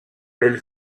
elle